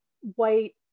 white